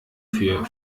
für